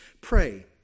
Pray